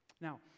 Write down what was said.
Now